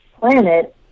planet